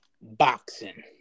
boxing